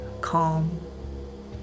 calm